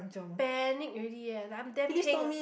panic already eh like I'm damn heng ah